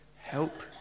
help